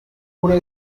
oder